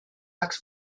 läks